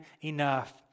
enough